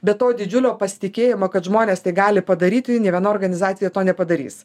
be to didžiulio pasitikėjimo kad žmonės tai gali padaryti nė viena organizacija to nepadarys